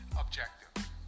objective